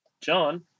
John